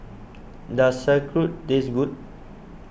does Sauerkraut taste good